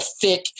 thick